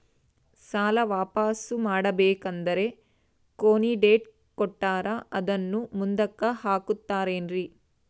ಸಾಲ ವಾಪಾಸ್ಸು ಮಾಡಬೇಕಂದರೆ ಕೊನಿ ಡೇಟ್ ಕೊಟ್ಟಾರ ಅದನ್ನು ಮುಂದುಕ್ಕ ಹಾಕುತ್ತಾರೇನ್ರಿ?